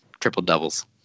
Triple-doubles